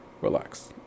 relax